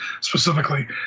specifically